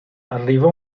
arrivò